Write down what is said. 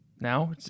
Now